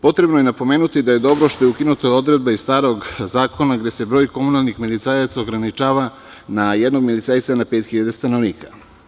Potrebno je napomenuti da je dobro što je ukinuta odredba iz starog zakona gde se broj komunalnih milicajaca ograničava na jednog milicajca na pet hiljada stanovnika.